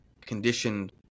conditioned